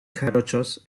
jarochos